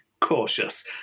cautious